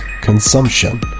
consumption